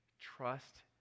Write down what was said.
Trust